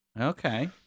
Okay